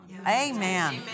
Amen